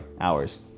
hours